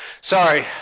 sorry